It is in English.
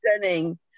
stunning